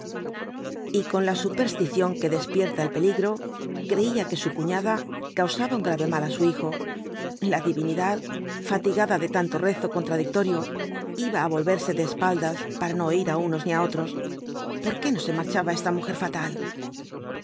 y con la superetición que despierta el peligro creía que su cuñada jcausaba un grave mal á su hijo la divinidad fatigada de tanto rezo contradictorio iba á volverse de espaldas para no oir á unos ni á otros por qué no se marchaba esta mujer fatal